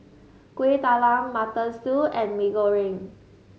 Kueh Talam Mutton Stew and Mee Goreng